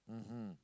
mmhmm